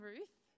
Ruth